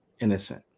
innocent